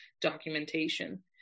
documentation